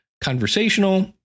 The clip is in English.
conversational